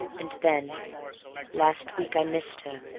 and then last week i missed her,